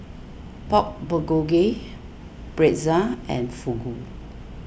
Pork Bulgogi Pretzel and Fugu